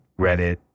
Reddit